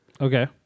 Okay